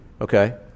okay